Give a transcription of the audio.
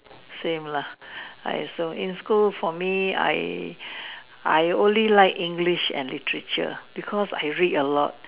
same lah I also in school for me I I only like English and literature because I read a lot